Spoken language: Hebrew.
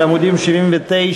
בעמוד 79 ו-80.